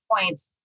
points